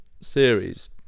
series